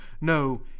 no